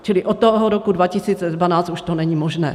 Čili od toho roku 2012 už to není možné. .